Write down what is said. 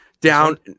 Down